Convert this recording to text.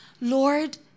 Lord